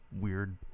weird